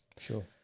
Sure